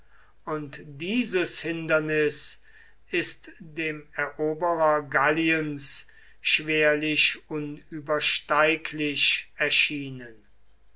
und dieses hindernis ist dem eroberer galliens schwerlich unübersteiglich erschienen